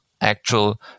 actual